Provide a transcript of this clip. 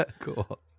Cool